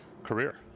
career